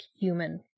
human